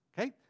Okay